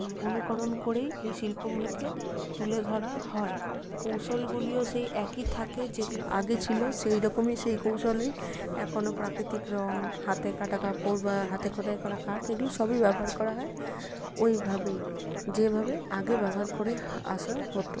অনুকরণ করেই এই শিল্পগুলিকে তুলে ধরা হয় কৌশলগুলিও সেই একই থাকে যেগুলো আগে ছিল সেই রকমই সেই কৌশলেই এখনো প্রাকৃতিক রঙ হাতে কাটা কাপড় বা হাতে খোদাই করা কাঠ এগুলো সবই ব্যবহার করা হয় ওইভাবেই যেভাবে আগে ব্যবহার করে আসা হতো